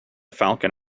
falcon